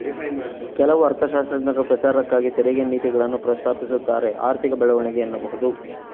ಕೆಲವು ಅರ್ಥಶಾಸ್ತ್ರಜ್ಞರು ಪ್ರಚಾರಕ್ಕಾಗಿ ತೆರಿಗೆ ನೀತಿಗಳನ್ನ ಪ್ರಸ್ತಾಪಿಸುತ್ತಾರೆಆರ್ಥಿಕ ಬೆಳವಣಿಗೆ ಎನ್ನಬಹುದು